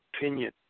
opinion